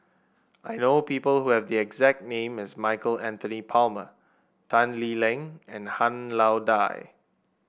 I know people who have the exact name as Michael Anthony Palmer Tan Lee Leng and Han Lao Da